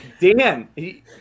Dan